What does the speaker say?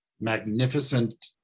magnificent